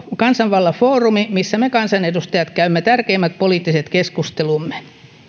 kansanvallan foorumi missä me kansanedustajat käymme tärkeimmät poliittiset keskustelumme